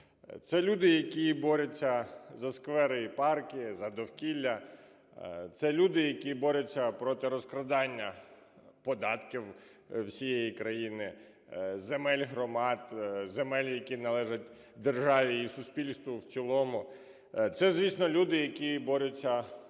Це люди, які борються за сквери і парки, за довкілля. Це люди, які борються проти розкрадання податків всієї країни, земель громад, земель, які належать державі і суспільству в цілому. Це, звісно, люди, які борються